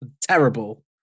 terrible